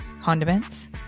condiments